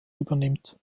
übernimmt